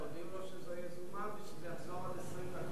והודיעו לו שהיא יזומה ושזה יחזור עוד 20 דקות,